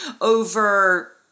over